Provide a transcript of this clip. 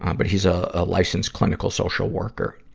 um but he's a, a licensed clinical social worker.